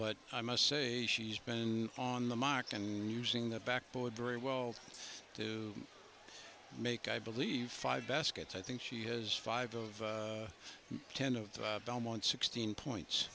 but i must say she's been on the mark and using the backboard very well to make i believe five baskets i think she has five of ten of the belmont sixteen points